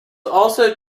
also